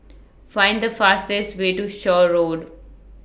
Find The fastest Way to Shaw Road